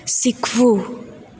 શીખવું